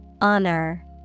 Honor